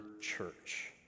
church